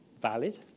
valid